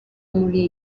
muri